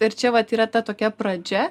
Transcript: ir čia vat yra ta tokia pradžia